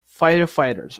firefighters